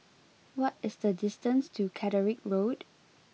what is the distance to Catterick Road